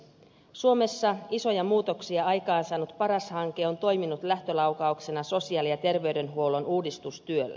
suomessa isoja muutoksia aikaansaanut paras hanke on toiminut lähtölaukauksena sosiaali ja terveydenhuollon uudistustyölle